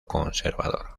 conservador